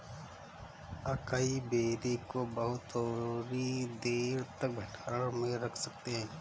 acai berry को बहुत थोड़ी देर तक भंडारण में रख सकते हैं